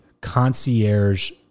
concierge